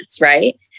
right